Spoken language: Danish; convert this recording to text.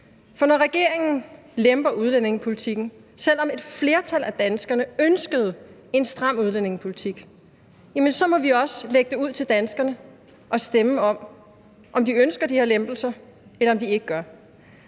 For når regeringen lemper udlændingepolitikken, selv om et flertal af danskerne ønskede en stram udlændingepolitik, må vi også lægge det ud til danskerne at stemme om, om de ønsker de her lempelser, eller om de ikke gør.